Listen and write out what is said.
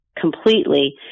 completely